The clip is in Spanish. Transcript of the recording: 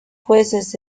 jueces